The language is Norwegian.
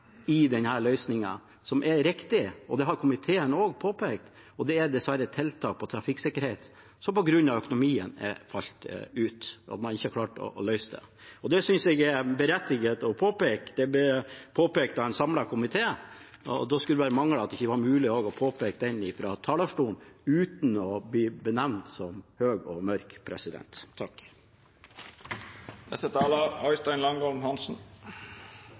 i denne løsningen, noe som er riktig. Det har komiteen også påpekt. Det er dessverre tiltak for trafikksikkerhet som på grunn av økonomien er falt ut – at man ikke har klart å løse det. Det synes jeg er berettiget å påpeke. Det ble påpekt av en samlet komité, og da skulle det bare mangle at det ikke var mulig også å påpeke det fra talerstolen uten å bli benevnt som høy og mørk.